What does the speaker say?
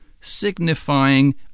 signifying